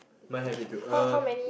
mine have it too uh